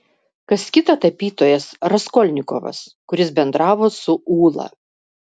kas kita tapytojas raskolnikovas kuris bendravo su ūla